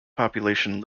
population